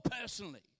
personally